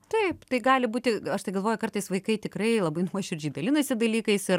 taip tai gali būti aš tai galvoju kartais vaikai tikrai labai nuoširdžiai dalinasi dalykais ir